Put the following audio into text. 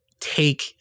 take